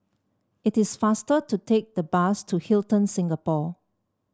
it is faster to take the bus to Hilton Singapore